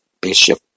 Bishop